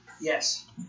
Yes